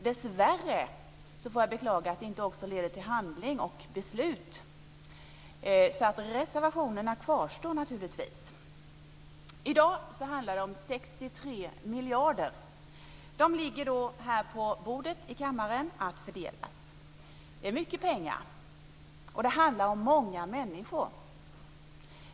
Dessvärre får jag beklaga att det inte också leder till handling och beslut, så reservationerna kvarstår naturligtvis. I dag handlar det om 63 miljarder som ligger på bordet här i kammaren för att fördelas. Det är mycket pengar och det handlar om många människor.